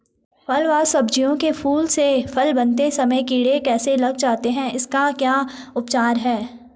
फ़ल व सब्जियों के फूल से फल बनते समय कीड़े कैसे लग जाते हैं इसका क्या उपचार है?